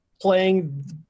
playing